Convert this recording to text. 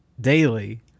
daily